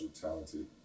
talented